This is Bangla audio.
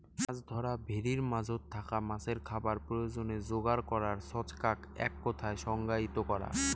মাছ ধরা ভেরির মাঝোত থাকা মাছের খাবার প্রয়োজনে যোগার করার ছচকাক এককথায় সংজ্ঞায়িত করা